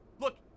Look